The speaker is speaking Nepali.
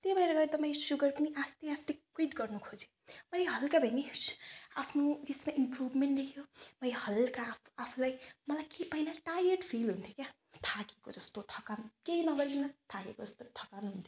त्यही भएर एकदमै सुगर पनि आस्ते आस्ते क्विट गर्नु खोजेँ अलि हलका भए पनि आफ्नो यसमा इम्प्रुभमेन्ट देख्यो अलि हलका आफू आफूलाई मलाई के पहिला टायर्ड फिल हुन्थ्यो क्या थाकेको जस्तो थकान केही नगरिकन थाकेको जस्तो थकान हुन्थ्यो